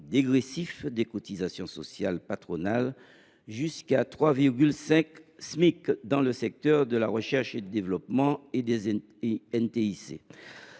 dégressif des cotisations sociales patronales jusqu’à 3,5 Smic dans les secteurs de la recherche et développement et des